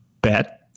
bet